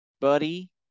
buddy